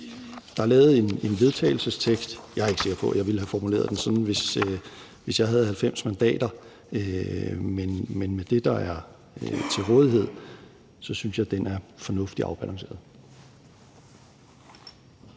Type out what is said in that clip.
Der er lavet en vedtagelsestekst. Jeg er ikke sikker på, at jeg ville have formuleret den sådan, hvis jeg havde 90 mandater. Men med det, der er til rådighed, så synes jeg, at den er fornuftigt afbalanceret.